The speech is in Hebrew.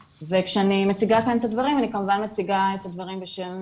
וכשאני מציגה כאן את הדברים אני כמובן מציגה את הדברים בשם